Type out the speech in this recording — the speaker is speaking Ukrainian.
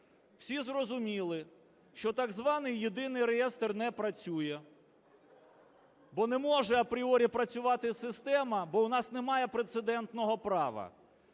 Всі зрозуміли, що так званий єдиний реєстр не працює, бо не може апріорі працювати система, бо в нас немає прецедентного права.